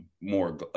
more